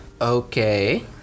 Okay